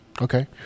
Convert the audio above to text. Okay